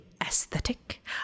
aesthetic